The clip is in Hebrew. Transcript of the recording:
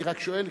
אני רק שואל.